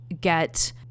get